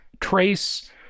Trace